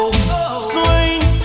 Swing